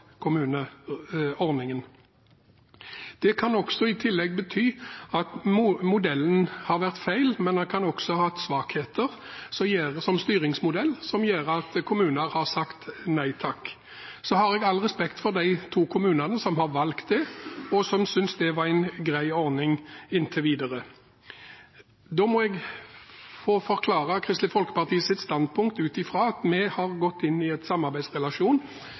kan i tillegg bety at modellen har vært feil, men den kan også ha hatt svakheter som styringsmodell, noe som har gjort at kommuner har sagt nei takk. Jeg har all respekt for de to kommunene som har valgt den, og som synes det er en grei ordning inntil videre. Så må jeg forklare Kristelig Folkepartis standpunkt ut fra at vi har gått inn i en samarbeidsrelasjon